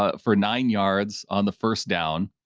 ah for nine yards on the first down.